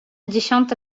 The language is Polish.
dziesiąta